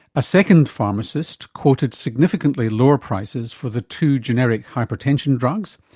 a second pharmacist quoted significantly lower prices for the two generic hypertension drugs,